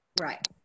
Right